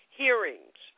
hearings